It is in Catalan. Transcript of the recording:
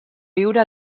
viure